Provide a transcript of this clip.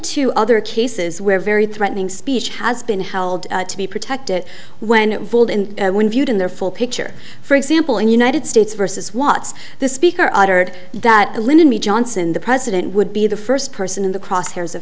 to other cases where very threatening speech has been held to be protected when bold and when viewed in their full picture for example in united states versus what's the speaker uttered that lyndon b johnson the president would be the first person in the